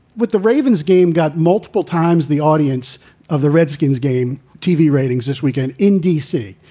with the ravens game got multiple times the audience of the redskins game. tv ratings this weekend in d c.